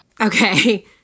okay